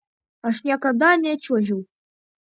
aš niekada nečiuožiau